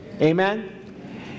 amen